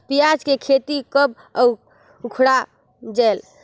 पियाज के खेती कब अउ उखाड़ा जायेल?